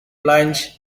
plunge